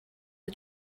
the